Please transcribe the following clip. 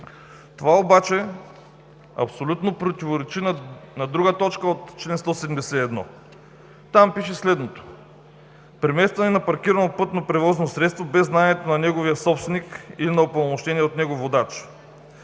Това абсолютно противоречи на друга точка от чл. 171. Там пише следното: „Преместване на паркирано пътно превозно средство без знанието на неговия собственик или на упълномощения от него водач